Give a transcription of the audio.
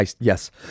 Yes